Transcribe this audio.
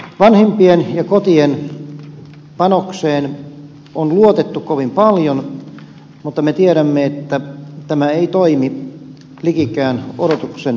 vanhempien ja kotien panokseen on luotettu kovin paljon mutta me tiedämme että tämä ei toimi likikään odotuksenmukaisesti